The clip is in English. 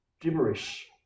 gibberish